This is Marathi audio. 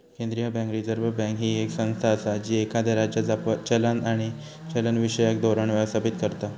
केंद्रीय बँक, रिझर्व्ह बँक, ही येक संस्था असा जी एखाद्या राज्याचा चलन आणि चलनविषयक धोरण व्यवस्थापित करता